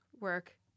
work